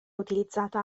utilizzata